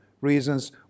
reasons